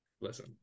Listen